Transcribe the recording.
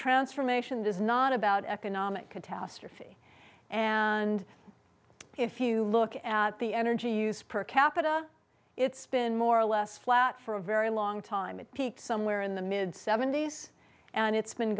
transformation is not about economic catastrophe and if you look at the energy use per capita it's been more or less flat for a very long time it peaked somewhere in the mid seventy's and it's been